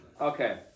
Okay